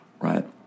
right